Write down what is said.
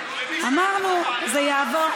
אמרנו: זה יעבור,